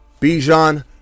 Bijan